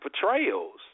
portrayals